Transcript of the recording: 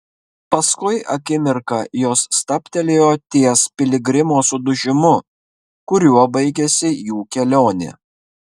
paskui akimirką jos stabtelėjo ties piligrimo sudužimu kuriuo baigėsi jų kelionė